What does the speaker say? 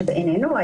היא שבעינינו,